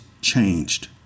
changed